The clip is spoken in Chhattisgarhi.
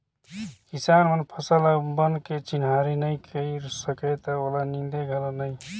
किसान मन फसल अउ बन के चिन्हारी नई कयर सकय त ओला नींदे घलो नई